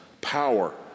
power